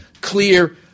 clear